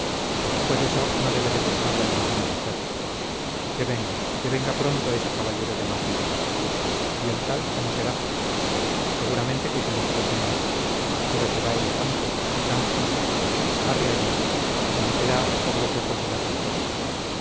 pues eso no debe de gustarle a ninguna mujer que venga que venga pronto ese caballero de madrid y el tal cómo será seguramente que silencioso no es pero será elegante y tan fino arre allá que se meterá por los ojos de las mujeres